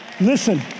Listen